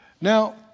Now